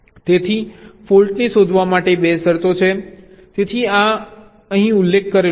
તેથી ફોલ્ટને શોધવા માટે 2 શરતો છે તેથી આ અહીં ઉલ્લેખ છે